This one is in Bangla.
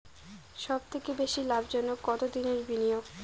সবথেকে বেশি লাভজনক কতদিনের বিনিয়োগ?